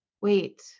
wait